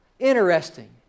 Interesting